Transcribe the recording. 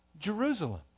Jerusalem